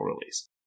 release